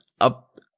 up